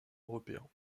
européen